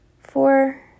Four